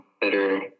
better